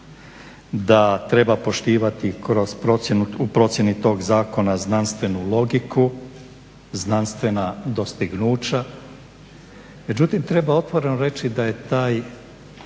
da treba poštivati u procjeni tog zakona znanstvenu logiku, znanstvena dostignuća, međutim treba otvoreno reći da je ta